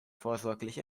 vorsorglich